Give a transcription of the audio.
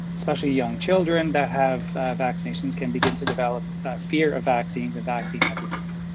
especially young children that have vaccinations can begin to develop a fear of vaccines and vaccine hesitancy.